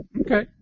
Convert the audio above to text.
Okay